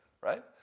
right